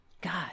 God